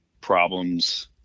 problems